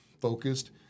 focused